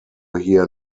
hear